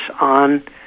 on